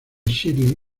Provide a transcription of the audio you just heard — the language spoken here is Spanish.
charlie